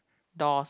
dolls